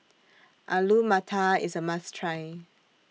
Alu Matar IS A must Try